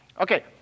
Okay